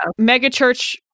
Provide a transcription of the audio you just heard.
megachurch